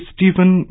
Stephen